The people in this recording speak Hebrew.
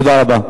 תודה רבה.